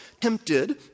tempted